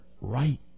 right